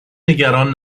نگران